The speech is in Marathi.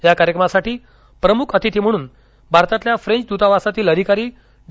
या कार्यक्रमासाठी प्रमुख आतिथी म्हणून भारतातील फ्रेंच दूतावासातील अधिकारी डॉ